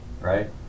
Right